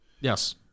yes